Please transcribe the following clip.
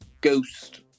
ghost